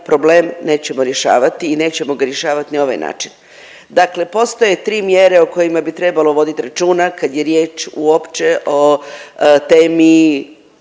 problem nećemo rješavati i nećemo ga rješavati na ovaj način. Dakle, postoje tri mjere o kojima bi trebalo voditi računa kad je riječ uopće o temi